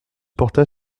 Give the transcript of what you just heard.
porta